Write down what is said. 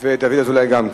ודוד אזולאי גם כן,